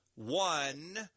One